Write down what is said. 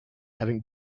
having